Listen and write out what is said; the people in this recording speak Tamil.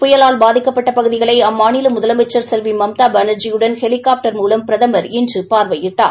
புயலால் பாதிக்கப்பட்ட பகுதிகளை அம்மாநில முதலமைச்சன் செல்வி மம்தா பானபாஜியுடன் ஹெலிகாப்டர் மூலம் பிரதமர் இன்று பார்வையிட்டார்